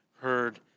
heard